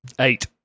Eight